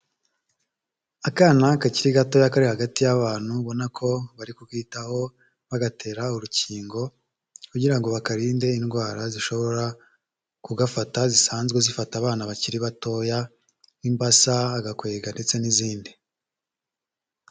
Akana kakiri gatoya kari hagati y'abantu ubona ko bari kukitaho bagatera urukingo kugira ngo bakarinde indwara zishobora kugafata zisanzwe zifata abana bakiri batoya nk'imbasa, agakwega ndetse n'izindi.